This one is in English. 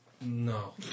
No